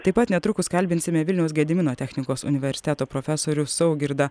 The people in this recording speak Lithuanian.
taip pat netrukus kalbinsime vilniaus gedimino technikos universiteto profesorių saugirdą